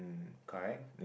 correct